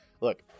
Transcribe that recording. look